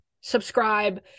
subscribe